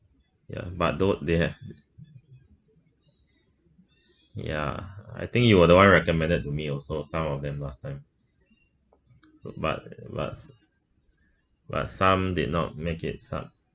ya but though they have ya I think you were the one recommended to me also some of them last time but but but some did not make it lah